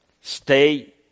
stay